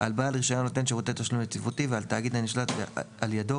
על בעל רישיון נותן שירותי תשלום יציבותי ועל תאגיד הנשלט על ידו,